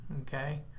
Okay